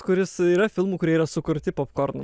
kuris yra filmų kurie yra sukurti popkornam